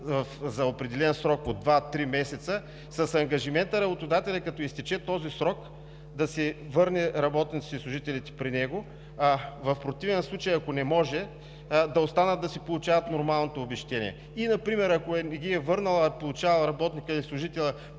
за определен срок от два-три месеца, с ангажимента работодателят, като изтече този срок, да си върне работниците и служителите при него. В противен случай, ако не може, да останат да си получават нормалното обезщетение. Например, ако не ги е върнал, а работникът или служителят